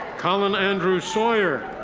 colin andrew sawyer.